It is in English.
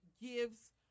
gives